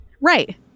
right